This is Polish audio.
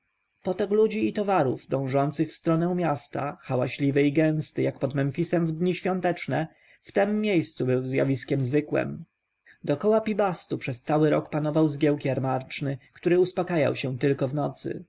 potok ludzi i towarów dążących w stronę miasta hałaśliwy i gęsty jak pod memfisem w dni świąteczne w tem miejscu był zjawiskiem zwykłem dokoła pi-bastu przez cały rok panował zgiełk jarmarczny który uspakajał się tylko w nocy